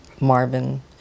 Marvin